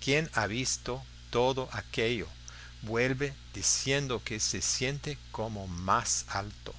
quien ha visto todo aquello vuelve diciendo que se siente como más alto